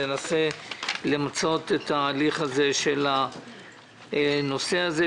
ננסה למצות את ההליך של הנושא הזה.